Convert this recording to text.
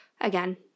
again